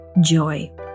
joy